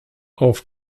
auf